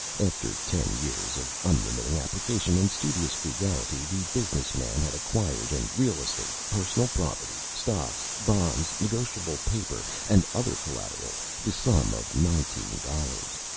after ten years of unremitting application and studious frugality the business man had acquired in real estate, personal property, stocks, bonds, negotiable paper, and other collateral, the sum of nineteen dollars,